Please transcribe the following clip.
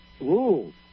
rules